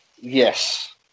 Yes